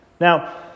Now